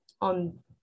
on